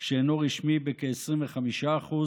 שאינו רשמי, בכ-25%;